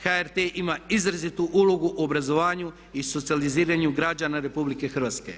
HRT ima izrazitu ulogu u obrazovanju i socijaliziranju građana RH.